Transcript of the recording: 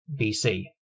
BC